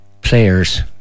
Players